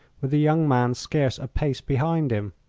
with the young man scarce a pace behind him.